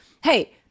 hey